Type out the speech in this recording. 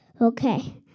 Okay